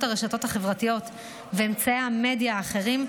הרשתות החברתיות ואמצעי המדיה האחרים,